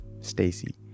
Stacy